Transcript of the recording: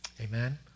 Amen